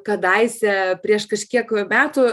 kadaise prieš kažkiek metų